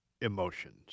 emotions